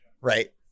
right